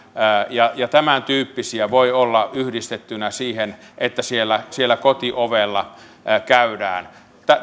ja tämäntyyppisiä voi olla yhdistettynä siihen että siellä siellä kotiovella käydään